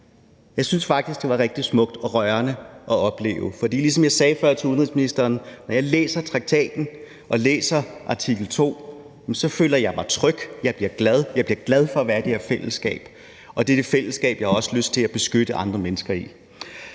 Jeg synes faktisk, det var rigtig smukt og rørende at opleve. For ligesom jeg sagde før til udenrigsministeren: Når jeg læser traktaten og læser artikel 2, så føler jeg mig tryg. Jeg bliver glad. Jeg bliver glad for at være i det her fællesskab, og det fællesskab har jeg også lyst til at beskytte andre mennesker i.